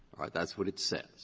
that's what it says